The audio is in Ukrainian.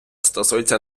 стосується